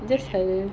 tired